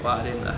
!wah! lame lah